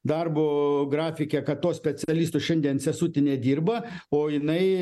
darbo grafike kad to specialisto šiandien sesutė nedirba o jinai